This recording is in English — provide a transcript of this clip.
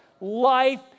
life